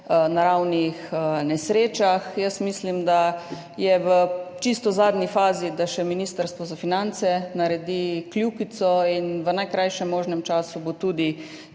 naravnih nesrečah. Jaz mislim, da je v čisto zadnji fazi, da še Ministrstvo za finance naredi kljukico in v najkrajšem možnem času bo tudi